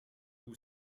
who